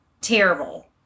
terrible